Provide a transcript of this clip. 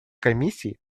комиссии